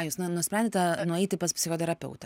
jūs na nusprendėte nueiti pas psichoterapeutę